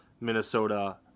Minnesota